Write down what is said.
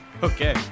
okay